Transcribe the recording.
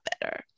better